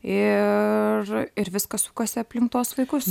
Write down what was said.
ir ir viskas sukasi aplink tuos vaikus